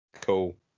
Cool